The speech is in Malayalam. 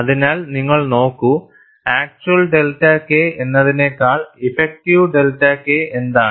അതിനാൽ നിങ്ങൾ നോക്കൂ ആക്ച്വൽ ഡെൽറ്റ K എന്നതിനേക്കാൾ ഇഫക്റ്റീവ് ഡെൽറ്റ K എന്താണ്